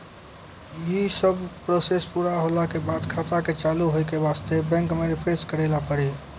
यी सब प्रोसेस पुरा होला के बाद खाता के चालू हो के वास्ते बैंक मे रिफ्रेश करैला पड़ी?